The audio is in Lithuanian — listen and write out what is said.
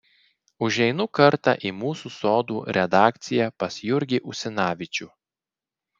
užeinu kartą į mūsų sodų redakciją pas jurgį usinavičių